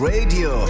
Radio